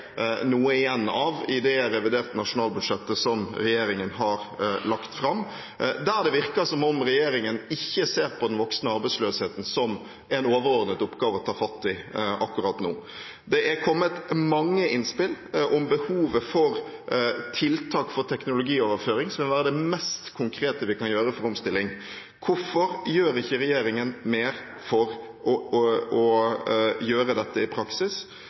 noe igjen av i det reviderte nasjonalbudsjettet som regjeringen har lagt fram, der det virker som om regjeringen ikke ser på den voksende arbeidsløsheten som en overordnet oppgave å ta fatt i akkurat nå. Det er kommet mange innspill om behovet for tiltak for teknologioverføring, som vil være det mest konkrete vi kan gjøre for omstilling. Hvorfor gjør ikke regjeringen mer for å gjøre dette i praksis?